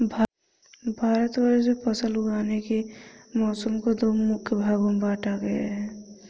भारतवर्ष में फसल उगाने के मौसम को दो मुख्य भागों में बांटा गया है